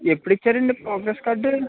ఎప్పుడు ఇచ్చారండి progress card